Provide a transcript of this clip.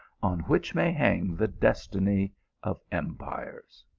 on which may hang the destiny of empires.